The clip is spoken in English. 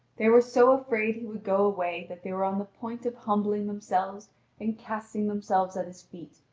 they were so afraid he would go away that they were on the point of humbling themselves and casting themselves at his feet,